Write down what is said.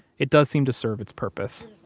it does seem to serve its purpose.